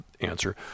answer